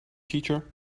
teacher